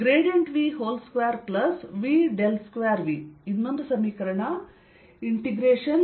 VVV2V2V